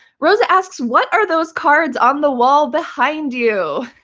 rosa asks, what are those cards on the wall behind you?